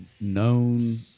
known